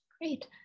Great